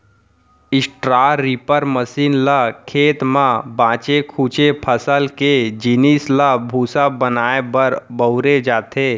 straw reaper machine ल खेत म बाचे खुचे फसल के जिनिस ल भूसा बनाए बर बउरे जाथे